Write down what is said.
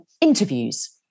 interviews